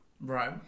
Right